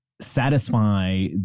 satisfy